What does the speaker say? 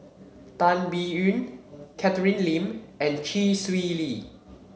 Tan Biyun Catherine Lim and Chee Swee Lee